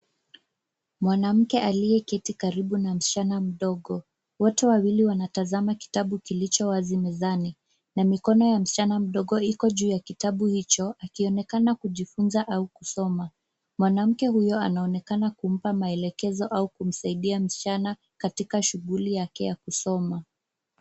Mwanamke aliyeketi karibu na msichana mdogo. Wote wawili wanatazama kitabu kilicho wazi mezani, na mikono ya msichana mdogo iko juu ya kitabu hicho, akionekana kujifunza au kusoma. Mwanamke huyo anaonekana kumpa maelekezo au kumsaidia msichana katika shughuli yake ya kusoma.